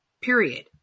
period